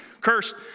Cursed